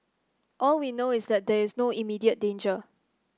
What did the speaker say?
all we know is that there is no immediate danger